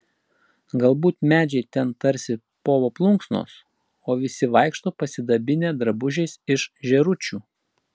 galbūt medžiai ten tarsi povo plunksnos o visi vaikšto pasidabinę drabužiais iš žėručių